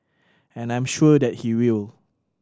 and I'm sure that he will